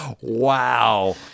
Wow